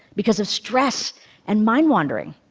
because of stress and mind-wandering.